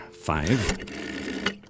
five